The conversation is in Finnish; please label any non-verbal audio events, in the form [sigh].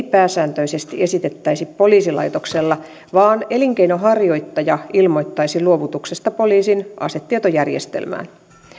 [unintelligible] pääsääntöisesti esitettäisi poliisilaitoksella vaan elinkeinonharjoittaja ilmoittaisi luovutuksesta poliisin asetietojärjestelmään